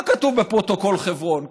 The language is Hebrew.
מה כתוב בפרוטוקול חברון?